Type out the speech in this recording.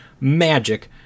magic